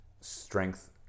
strength